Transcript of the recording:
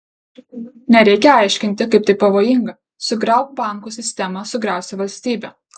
nereikia aiškinti kaip tai pavojinga sugriauk bankų sistemą sugriausi valstybę